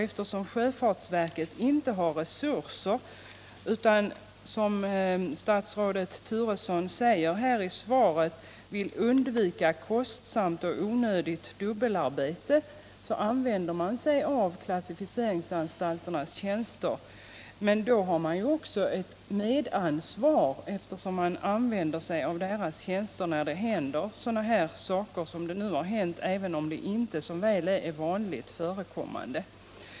Eftersom sjöfartsverket inte har tillräckliga resurser och, som statsrådet Turesson säger i svaret, vill undvika kostsamt och onödigt dubbelarbete, använder man klassificeringsanstalternas tjänster. Men då har man också ett medansvar när det händer sådana saker som nu har hänt, även om det, som väl är, inte är vanligt förekommande.